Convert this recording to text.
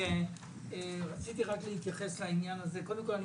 קודם כול,